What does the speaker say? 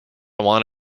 want